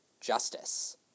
justice